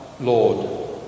Lord